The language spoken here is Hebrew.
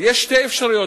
יש שתי אפשרויות.